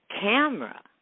camera